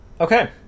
Okay